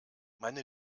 meine